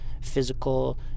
physical